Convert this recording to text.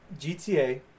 GTA